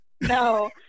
No